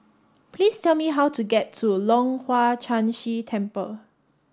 please tell me how to get to Leong Hwa Chan Si Temple